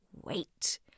wait